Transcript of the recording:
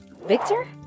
Victor